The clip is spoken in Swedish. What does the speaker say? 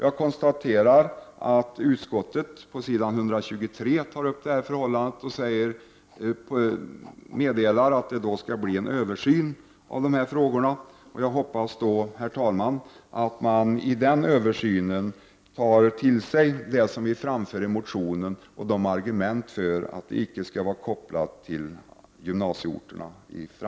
På s. 123 i betänkandet säger utskottet att en översyn skall göras i detta sammanhang. Jag hoppas, herr talman, att man i samband med den översynen tar till sig det som vi framför i vår motion och också argumenten för att detta i framtiden icke skall vara kopplat till gymnasieorterna.